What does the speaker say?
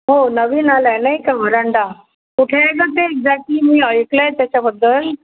हो नवीन आलं आहे नाही का व्हरांडा कुठे आहे गं ते एक्झॅक्टली मी ऐकलं आहे त्याच्याबद्दल